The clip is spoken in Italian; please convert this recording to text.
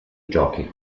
giochi